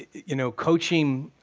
you know, coaching,